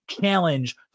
challenge